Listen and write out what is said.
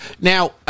Now